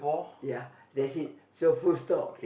ya that's it so full stop